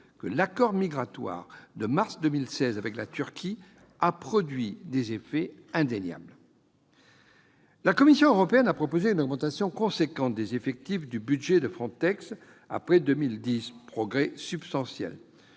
que l'accord migratoire de mars 2016 avec la Turquie a produit des effets indéniables. La Commission européenne a en outre proposé une augmentation importante des effectifs du budget de FRONTEX après 2010. Ces progrès sont substantiels,